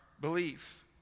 belief